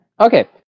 Okay